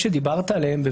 שדיברת עליהם,